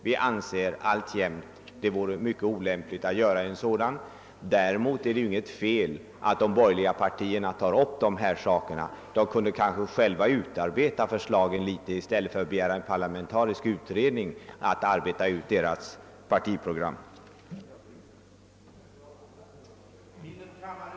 Vi anser alltjämt att det vore mycket olämpligt att göra en sådan utredning. Däremot är det ju inget fel att de borgerliga partierna tar upp dessa saker — de kunde kanske själva utforma förslagen i stället för att begära att en parlamentarisk utredning skall utarbeta deras partiprogram. 2. att en utredning rörande utsträckande av amorteringstidens längd för återlån till 20 år tillsattes.